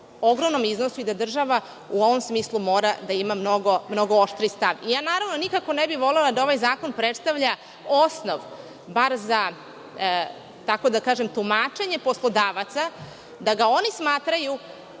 ogromnom iznosu gde država u ovom smislu mora da ima mnogo oštriji stav. Naravno, nikako ne bih volela da ovaj zakon predstavlja osnov bar, kako da kažem, tumačenje poslodavaca, da ga oni smatraju